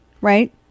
right